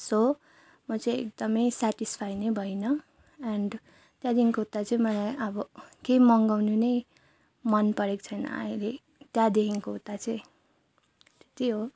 so म चाहिँ एकदमै सेटिसफाई नै भइनँ एन्ड त्यहाँदेखिको उता चाहिँ मलाई अब केही मगाउनु नै मनपरेक छैन अहिले त्यहाँदेखिको उता चाहिँ त्यही हो